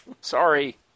Sorry